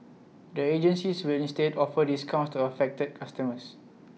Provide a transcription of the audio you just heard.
the agencies will instead offer discounts to affected customers